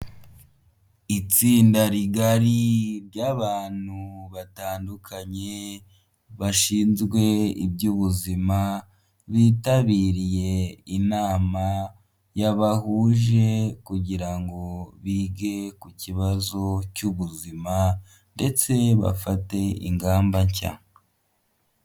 Itsinda rigari ry'abantu batandukanye bashinzwe iby'ubuzima bitabiriye inama yabahuje kugira ngo bige ku kibazo cy'ubuzima ndetse bafate ingamba nshya.